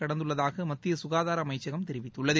கடந்துள்ளதாகமத்தியசுகாதாரஅமைச்சகம் தெரிவித்துள்ளது